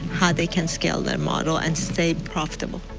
how they can scale their model and stay profitable.